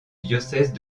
diocèse